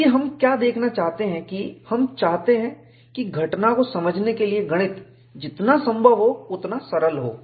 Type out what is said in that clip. देखिए हम क्या देखना चाहते हैं कि हम चाहते हैं कि घटना को समझने के लिए गणित जितना संभव हो उतना सरल हो